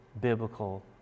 biblical